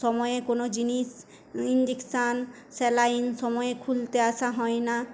সময়ে কোনো জিনিস ইঞ্জেকশান স্যালাইন সময়ে খুলতে আসা হয় না